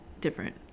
different